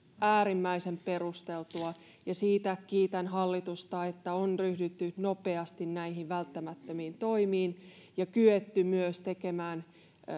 äärimmäisen perusteltua ja siitä kiitän hallitusta että on ryhdytty nopeasti näihin välttämättömiin toimiin ja kyetty myös tekemään